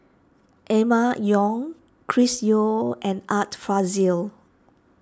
Emma Yong Chris Yeo and Art Fazil